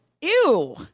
Ew